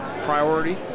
priority